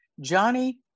Johnny